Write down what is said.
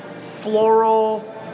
floral